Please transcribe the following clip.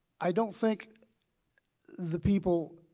i don't think the people,